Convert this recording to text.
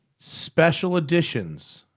special editions.